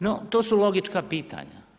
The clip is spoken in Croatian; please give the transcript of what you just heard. No to su logička pitanja.